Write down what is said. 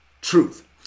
truth